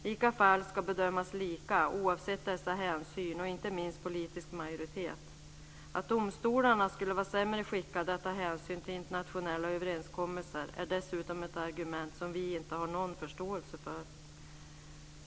Lika fall ska bedömas lika, oavsett dessa hänsyn och, inte minst, politisk majoritet. Att domstolarna skulle vara sämre skickade att ta hänsyn till internationella överenskommelser är dessutom ett argument som vi inte har någon förståelse för.